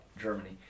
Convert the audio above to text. Germany